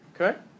Okay